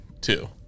Two